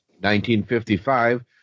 1955